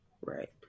Right